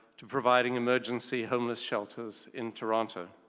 to providing emergency homeless shelters in toronto.